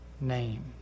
name